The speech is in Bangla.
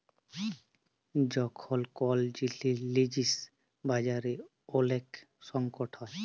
যখল কল জিলিস বাজারে ওলেক সংকট হ্যয়